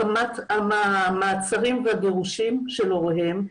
מחמת המעצרים והגירושים של הוריהם,